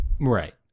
Right